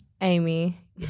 Amy